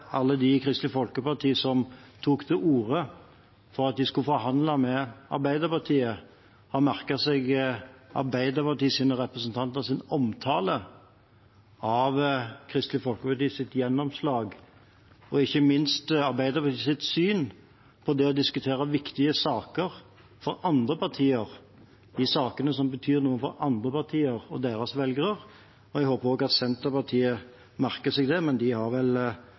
alle de i Kristelig Folkeparti som tok til orde for at de skulle forhandle med Arbeiderpartiet, har merket seg Arbeiderpartiets representanters omtale av Kristelig Folkepartis gjennomslag, og ikke minst Arbeiderpartiets syn på det å diskutere saker som er viktige for andre partier – de sakene som betyr noe for andre partier og deres velgere. Jeg håper også at Senterpartiet merker seg det, men de har vel